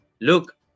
Look